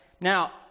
now